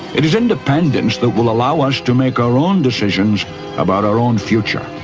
it is independence that will allow us to make our own decisions about our own future,